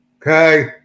Okay